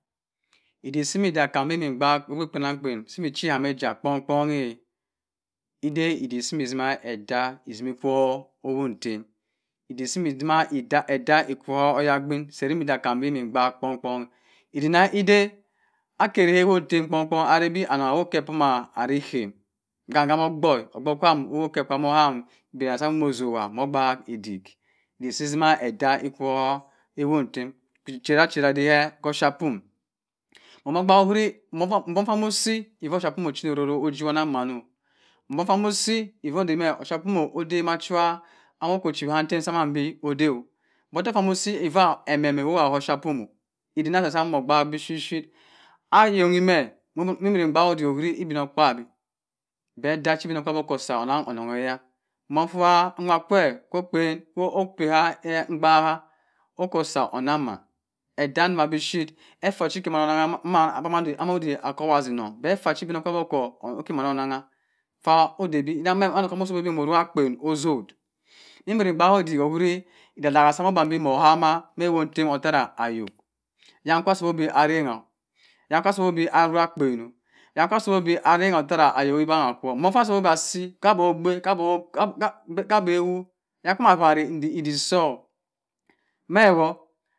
. Idik simi deh akam mme mgbaak ogbe ikpenang kpen simi ichi eyan eja kpong kpong eh edeh edik simi etima edah ekwo heh ewon ntem idik simi itima idah ekwo oyagbin serimi diakam beh mmbak kpong kpom idik nah ede akari heh ewon ntem kpong kpong arebo anang awukeh pamah arihem gha ahumo ogbor, ogbor kam kam oham abeh osonghem osongba gbak edik, edik, simah edah ekwo heh ewon ntem bi chera chera dihe ka offia pium momo ogbaak ohari mbung fah musi befor offiapium ocheri roro ujiwah oneng ma nno mbe ffah moh osi before ndameh offiapium odey mashiwa ashiwa ntem sam anbi odeh mutoh ffa mma asi emem ewokha offiapium edik nah sah sah agbaak bi shishep ayonho mah mburu mbak odik ohuri obino kpabi beh dah chowu obinokpabi ko usi onang onunhimah mmo mfufah nwa kwe kwo okpen opeh ha mbakha oko-osa onemh edak domma beh shep. effa chikeh mma onona amo odey akowam beh fah chi ekeh onungha abuma adeh akowa asi nung effa cho-obi no-kpabi okeh monoh onangha mffah nwa kweh kwo kpen, kwo ope ha mbagha oko-osa anaman akowa ese nung effah chi ubino kpabi okoh okemane enangha ffa ode bi murugha kpen ojuh mbiri mbaak uchik uwem idadagha som oban bhe moh ohama meh ewon ntem otarah ayok yan kwa sung bi arangha yanka som bi arugha akpen oh mma kwa som mbin arengha otere oyok mbang kwo mma kwa sombi asi haboh ogbe